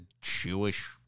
Jewish